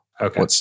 Okay